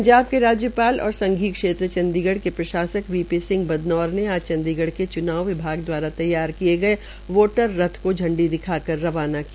पंजाब के राज्यपाल और संघीय क्षेत्र चंडीगढ़ के प्रशासक बी पी सिंह बदनौर ने आज चंडीगढ़ के चुनाव विभाग दवारा तैयार किये गये वोटर रथ को झंडी दिखाकर रवाना किया